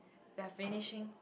we are finishing